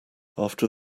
after